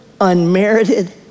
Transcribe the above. unmerited